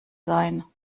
sein